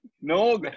No